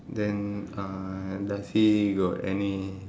then uh does he got any